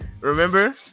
Remember